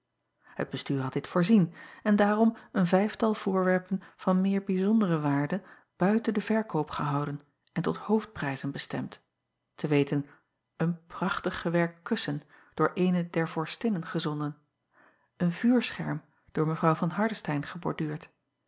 et estuur had dit voorzien en daarom een vijftal voorwerpen van meer bijzondere waarde buiten den verkoop gehouden en tot hoofdprijzen bestemd te weten een prachtig gewerkt kussen door eene der orstinnen gezonden een vuurscherm door w van